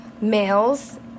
males